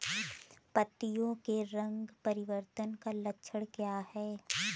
पत्तियों के रंग परिवर्तन का लक्षण क्या है?